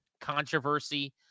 controversy